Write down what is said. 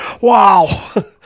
Wow